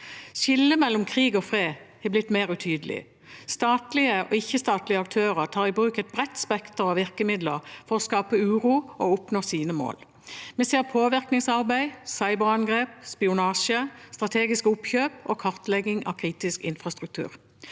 Skillet mellom krig og fred har blitt mer utydelig. Statlige og ikke-statlige aktører tar i bruk et bredt spekter av virkemidler for å skape uro og oppnå sine mål. Vi ser påvirkningsarbeid, cyberangrep, spionasje, strategiske oppkjøp og kartlegging av kritisk infrastruktur.